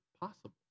possible